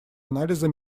анализа